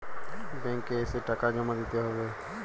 Bank এ এসে টাকা জমা দিতে হবে?